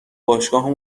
باشگاه